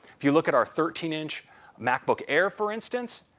if you look at our thirteen inch macbook air for instance,